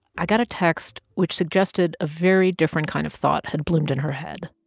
i got a text which suggested a very different kind of thought had bloomed in her head.